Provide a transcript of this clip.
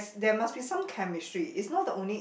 there must be some chemistry if not the only